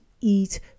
eat